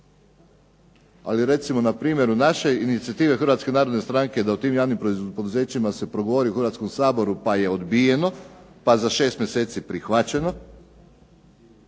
Ali recimo na primjeru naše inicijative Hrvatske narodne stranke da o tim javnim poduzećima se progovori u Hrvatskom saboru pa je odbijeno, pa za 6 mjeseci prihvaćeno.